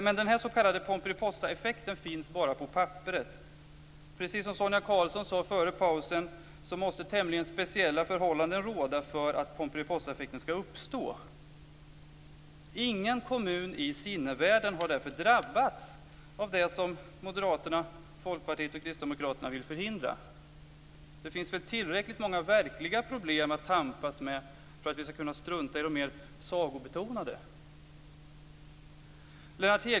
Men denna s.k. Pomperipossaeffekt finns bara på papperet. Precis som Sonia Karlsson sade före pausen måste speciella förhållanden råda för att Pomperipossaeffekten skall uppstå. Ingen kommun i sinnevärlden har därför drabbats av det som Moderaterna, Folkpartiet och Kristdemokraterna vill förhindra. Det finns väl tillräckligt många verkliga problem att tampas med för att vi skall kunna strunta i de mer sagobetonade.